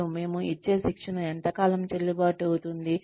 మరియు మేము ఇచ్చే శిక్షణ ఎంతకాలం చెల్లుబాటు అవుతుంది